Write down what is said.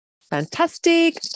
fantastic